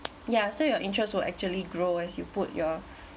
ya so your interest will actually grow as you put your